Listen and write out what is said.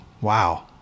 wow